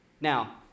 Now